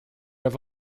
have